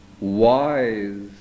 wise